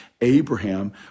Abraham